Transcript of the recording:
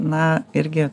na irgi